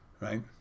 Right